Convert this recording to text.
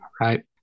right